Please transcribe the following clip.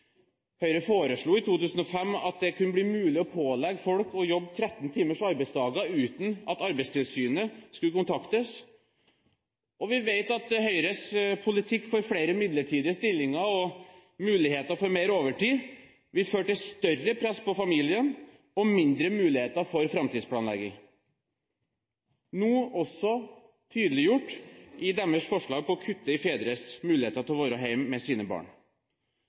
Høyre foreslo i 2005 at det kunne bli mulig å pålegge folk å jobbe 13 timers arbeidsdager uten at Arbeidstilsynet skulle kontaktes, og vi vet at Høyres politikk for flere midlertidige stillinger og muligheter for mer overtid vil føre til større press på familien og mindre muligheter for framtidsplanlegging. Dette er nå også tydeliggjort i deres forslag om å kutte i fedres muligheter til å være hjemme med sine barn.